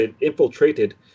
infiltrated